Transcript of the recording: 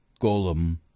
golem